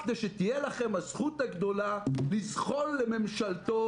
כדי שתהיה לכם הזכות הגדולה לזחול לממשלתו